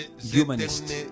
humanist